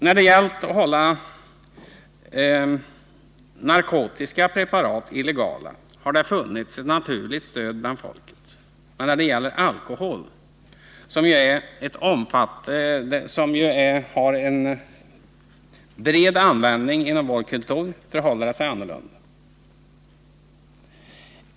När det gällt att hålla narkotiska preparat illegala har det funnits ett naturligt stöd bland folket, men när det gäller alkohol — som ju har en bred användning i vår kultur — förhåller det sig annorlunda.